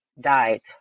died